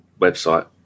website